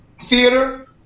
Theater